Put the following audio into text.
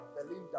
Belinda